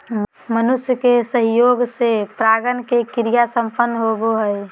मनुष्य के सहयोग से परागण के क्रिया संपन्न होबो हइ